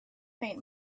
faint